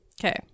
Okay